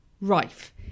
rife